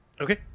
Okay